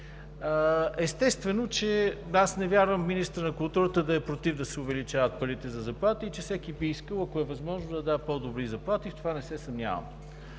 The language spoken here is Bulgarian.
заплати. Аз не вярвам министърът на културата да е против да се увеличават парите за заплати и че всеки би искал, ако е възможно, да дава по-добри заплати – в това не се съмнявам.